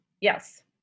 yes